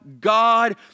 God